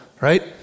right